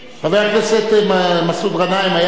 חבר הכנסת מסעוד גנאים היה,